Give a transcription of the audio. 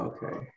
Okay